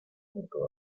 junto